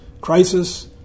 Crisis